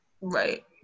Right